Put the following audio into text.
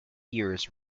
years